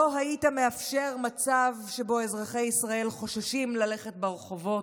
לא היית מאפשר מצב שבו אזרחי ישראל חוששים ללכת ברחובות,